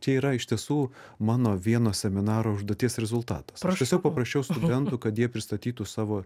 čia yra iš tiesų mano vieno seminaro užduoties rezultatas tiesiog paprašiau studentų kad jie pristatytų savo